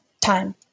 Time